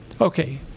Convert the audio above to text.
Okay